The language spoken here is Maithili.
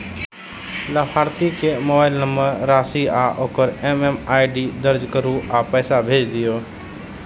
लाभार्थी के मोबाइल नंबर, राशि आ ओकर एम.एम.आई.डी दर्ज करू आ पैसा भेज दियौ